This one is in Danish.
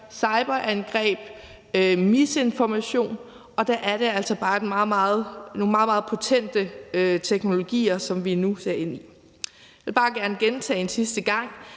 cyberangreb og misinformation, og der er det altså bare nogle meget, meget potente teknologier, vi nu ser ind i. Jeg vil bare gerne gentage en sidste gang,